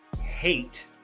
hate